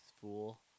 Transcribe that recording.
fool